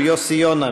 של יוסי יונה,